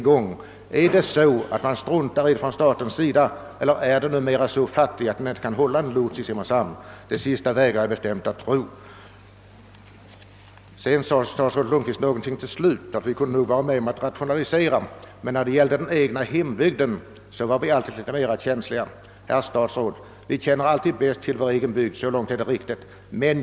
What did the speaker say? gång: Struntar staten i detta eller är ni numera så fattiga att ni inte kan hålla lots i Simrishamn? Det sista vägrar de bestämt att tro. Statsrådet Lundkvist sade till slut, att vi här i riksdagen nog kunde vara med om att rationalisera, men när det gällde den egna hembygden var vi alltid mer känsliga. Herr statsråd! Vi känner alltid bäst till vår egen bygd, så långt är det riktigt.